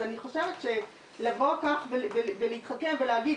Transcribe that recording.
אז אני חושבת שלבוא כך ולהתחכם ולהגיד,